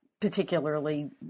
particularly